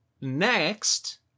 next